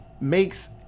makes